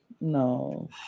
No